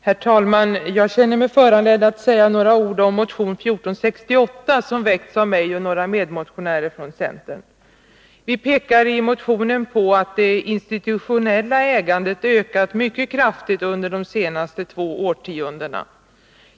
Herr talman! Jag känner mig föranledd att säga några ord om motion 1468 som väckts av mig och några andra ledamöter från centerpartiet. Vi pekar i motionen på att det institutionella ägandet ökat mycket kraftigt under de senaste två årtiondena.